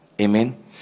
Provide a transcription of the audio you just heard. Amen